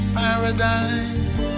paradise